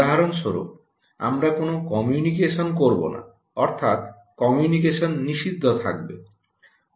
উদাহরণস্বরূপ আমরা কোনও কমিউনিকেশন করবো না অর্থাৎ কমিউনিকেশন নিষিদ্ধ থাকবে